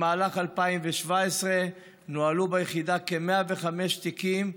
במהלך 2017 נוהלו ביחידה כ-105 תיקים,